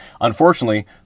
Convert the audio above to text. Unfortunately